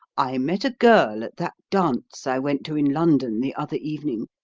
i met a girl at that dance i went to in london the other evening,